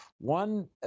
One